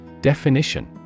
Definition